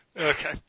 Okay